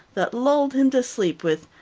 that lulled him to sleep with,